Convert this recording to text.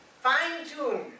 fine-tune